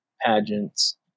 pageants